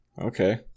Okay